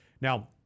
Now